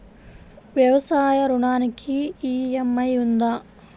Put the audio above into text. వ్యవసాయ ఋణానికి ఈ.ఎం.ఐ ఉందా?